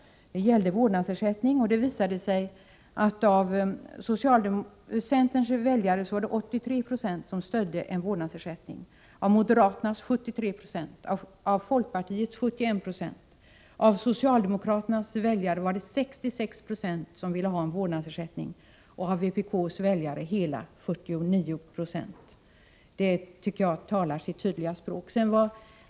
Det visade sig att av centerpartiets väljare stödde 8396 en vårdnadsersättning, av moderaternas 73 20 och av folkpartiets 7196. Av socialdemokraternas väljare var det 66 20 som ville ha en vårdnadsersättning och av vpk:s väljare hela 49 96. Jag tycker att dessa siffror talar ett tydligt språk.